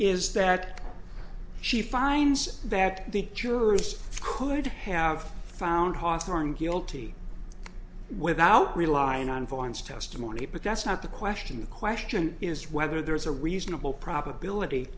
is that she finds that the jurors could have found hawthorne guilty without relying on vines testimony but that's not the question the question is whether there is a reasonable probability